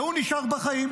והוא נשאר בחיים.